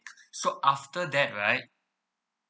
so after that right